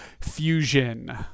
Fusion